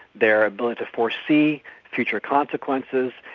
their ability to foresee future consequences.